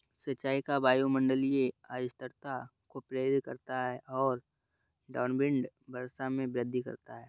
सिंचाई का वायुमंडलीय अस्थिरता को प्रेरित करता है और डाउनविंड वर्षा में वृद्धि करता है